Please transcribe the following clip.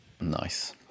nice